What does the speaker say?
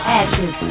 ashes